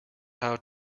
how